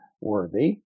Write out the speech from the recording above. worthy